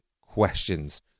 questions